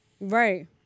Right